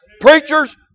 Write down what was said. Preachers